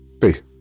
Peace